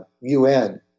UN